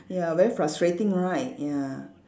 ya very frustrating right ya